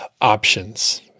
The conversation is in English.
options